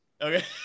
Okay